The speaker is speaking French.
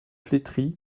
flétrie